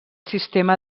sistema